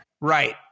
Right